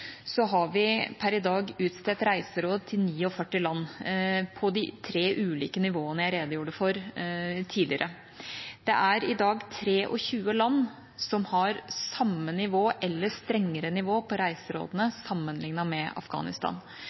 så har vi per i dag utstedt reiseråd til 49 land på de tre ulike nivåene jeg redegjorde for tidligere. Det er i dag 23 land som har samme nivå eller strengere nivå på reiserådene sammenlignet med Afghanistan,